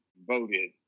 voted